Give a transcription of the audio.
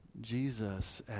Jesus